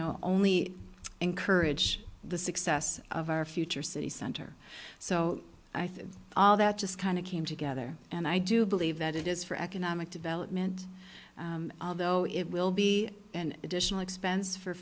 know only encourage the success of our future city center so i think all that just kind of came together and i do believe that it is for economic development though it will be an additional expense for